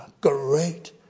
great